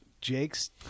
Jake's